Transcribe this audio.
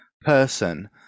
person –